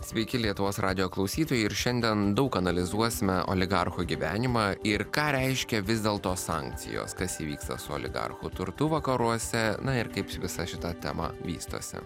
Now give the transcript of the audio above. sveiki lietuvos radijo klausytojai ir šiandien daug analizuosime oligarchų gyvenimą ir ką reiškia vis dėl to sankcijos kas įvyksta su oligarchų turtu vakaruose na ir kaip visa šita tema vystosi